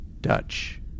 Dutch